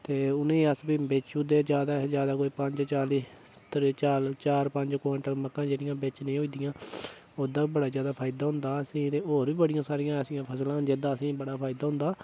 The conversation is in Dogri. ते उ'नेंं अस प्ही बेची ओड़दे जादै कशा जादै ते पंज चाली तेरियां मक्कां जेह्ड़ियां बेचने ई होई जंदियां ओह्दा बड़ा जादै फायदा होंदा अस एह्दे होर बी असेंगी फसलां होंदा बड़ा फायदा होंदा